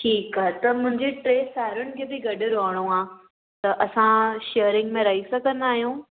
ठीकु आहे त मुंहिंजे टे साहेड़ियुनि खे बि गॾु रहणो आहे त असां शेयरिंग में रही सघंदा आहियूं